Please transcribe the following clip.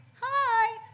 Hi